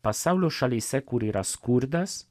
pasaulio šalyse kur yra skurdas